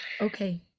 okay